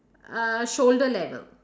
uh shoulder level